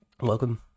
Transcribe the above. Welcome